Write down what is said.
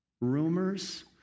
rumors